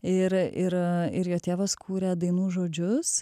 ir ir ir jo tėvas kūrė dainų žodžius